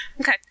Okay